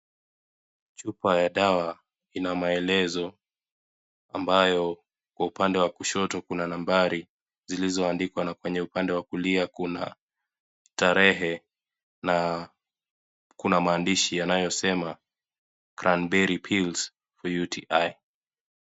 Chupa ya dawa ina maelezo ambayo kwa upande wa kushoto kuna nambari zilizoandikwa na upande wa kulia tarehe na kuna maandishi yanayosema cranberry pills for UTI .